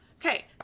Okay